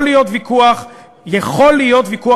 יכול להיות ויכוח טריטוריאלי,